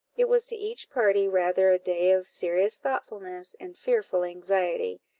it was to each party rather a day of serious thoughtfulness and fearful anxiety,